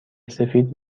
سفید